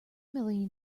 million